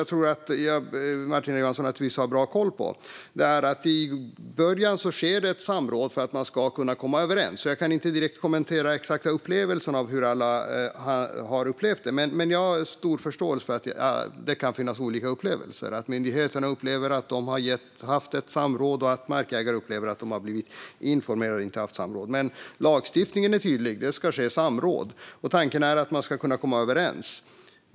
Jag tror att Martina Johansson har bra koll på den här processen. I början sker det samråd för att man ska kunna komma överens. Jag kan inte kommentera exakt hur alla har upplevt det, men jag har stor förståelse för att det kan finnas olika upplevelser - myndigheterna upplever att det har skett samråd, och markägare upplever att de har blivit informerade och att det inte har skett samråd. Lagstiftningen är dock tydlig: Det ska ske samråd. Tanken är att man ska kunna komma överens.